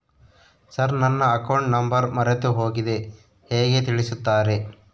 Sir ನನ್ನ account number ಮರೆತುಹೋಗಿದೆ ಹೇಗೆ ತಿಳಿಸುತ್ತಾರೆ?